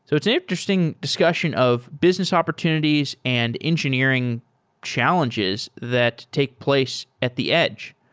so it's an interesting discussion of business opportunities and engineering challenges that take place at the edge.